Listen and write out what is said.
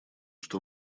что